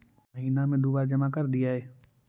महिना मे दु बार जमा करदेहिय?